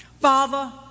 Father